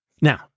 Now